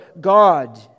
God